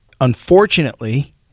unfortunately